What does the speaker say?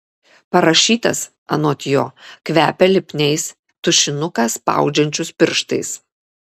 parašytas anot jo kvepia lipniais tušinuką spaudžiančius pirštais